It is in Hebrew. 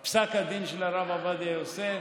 היה פסק הדין של הרב עובדיה יוסף.